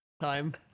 Time